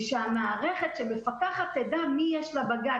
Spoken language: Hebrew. ושהמערכת שמפקחת תדע מי יש לה בגן,